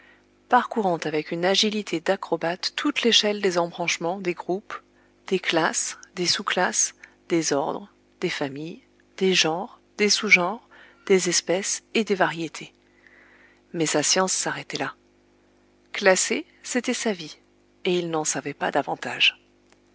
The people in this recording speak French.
parcourant avec une agilité d'acrobate toute l'échelle des embranchements des groupes des classes des sous classes des ordres des familles des genres des sous genres des espèces et des variétés mais sa science s'arrêtait là classer c'était sa vie et il n'en savait pas davantage